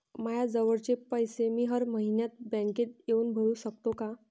मायाजवळचे पैसे मी हर मइन्यात बँकेत येऊन भरू सकतो का?